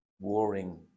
warring